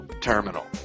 terminal